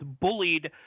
bullied